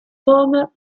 former